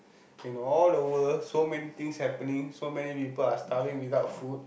in all the world so many things happening so many people are starving without food